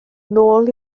nôl